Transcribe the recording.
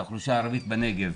האוכלוסייה הערבית בנגב,